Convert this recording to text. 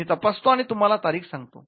मी तपासतो आणि तुम्हाला तारीख सांगतो